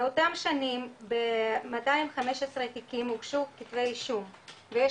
באותם שנים ב-215 תיקים הוגשו כתבי אישום ויש